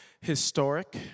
historic